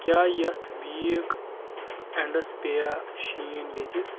کیٚاہ یتھ ویٖک اینڈَس پےٚ یا شیٖن یتہِ